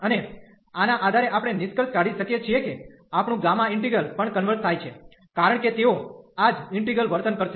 અને આના આધારે આપણે નિષ્કર્ષ કાઢી શકીએ છીએ કે આપણું ગામા ઇન્ટિગલ પણ કન્વર્ઝ થાય છે કારણ કે તેઓ આ જ ઈન્ટિગ્રલ વર્તન કરશે